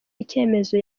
icyemezo